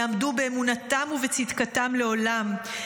יעמדו באמונתם ובצדקתם לעולם.